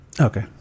Okay